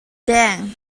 dawn